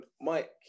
Mike